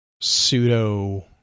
pseudo